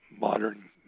modern